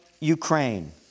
Ukraine